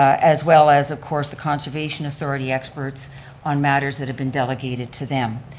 as well as of course the conservation authority experts on matters that have been delegated to them.